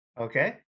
Okay